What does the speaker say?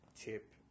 chip